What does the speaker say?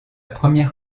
première